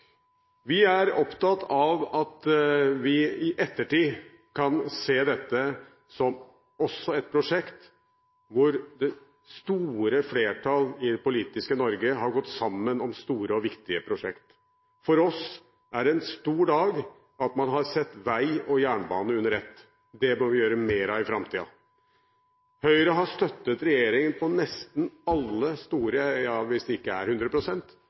Vi er opptatt av at vi i ettertid kan se også dette som et eksempel på store og viktige prosjekter som det store flertall i det politiske Norge har gått sammen om. For oss er dette en stor dag fordi man har sett vei og jernbane under ett. Det må vi gjøre mer av i framtiden. Høyre har støttet regjeringen på nesten alle – ja, hvis det ikke er